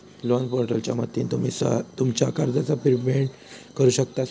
loan पोर्टलच्या मदतीन तुम्ही तुमच्या कर्जाचा प्रिपेमेंट करु शकतास